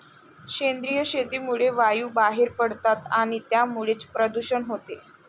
सेंद्रिय शेतीमुळे वायू बाहेर पडतात आणि त्यामुळेच प्रदूषण होते